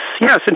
yes